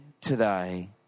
today